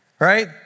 right